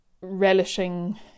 relishing